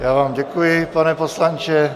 Já vám děkuji, pane poslanče.